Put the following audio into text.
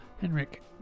Henrik